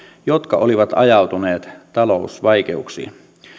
jotka olivat ajautuneet talousvaikeuksiin